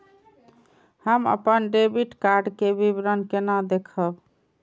हम अपन debit card के विवरण केना देखब?